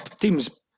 team's